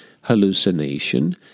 hallucination